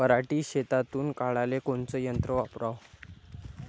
पराटी शेतातुन काढाले कोनचं यंत्र वापराव?